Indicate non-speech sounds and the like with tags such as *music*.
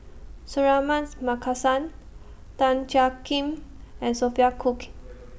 Suratman's Markasan Tan Jiak Kim and Sophia Cooke *noise*